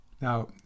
Now